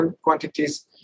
quantities